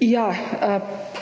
Ja,